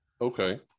Okay